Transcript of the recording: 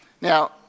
Now